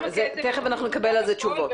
תיכף נקבל על זה תשובות.